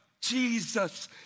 Jesus